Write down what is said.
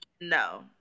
No